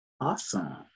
Awesome